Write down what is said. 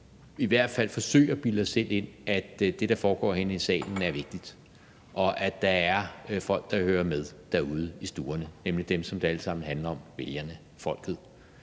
i hvert fald forsøge at bilde os selv ind, at det, der foregår herinde i salen, er vigtigt, og at der er folk, der hører med derude i stuerne, nemlig dem, som det alt sammen handler om: vælgerne, folket.